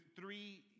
three